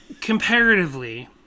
Comparatively